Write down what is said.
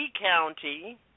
County